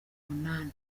umunani